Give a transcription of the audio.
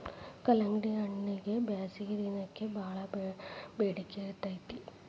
ಕಲ್ಲಂಗಡಿಹಣ್ಣಗೆ ಬ್ಯಾಸಗಿ ದಿನಕ್ಕೆ ಬಾಳ ಬೆಡಿಕೆ ಇರ್ತೈತಿ